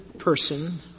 Person